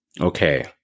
Okay